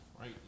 Right